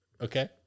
okay